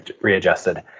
readjusted